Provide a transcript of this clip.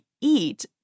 eat